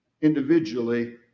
individually